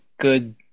good